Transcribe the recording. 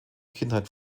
kindheit